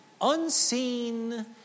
unseen